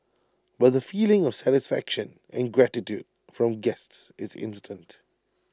but the feeling of satisfaction and gratitude from guests is instant